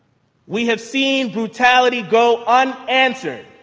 we have seen brutality go on. answer.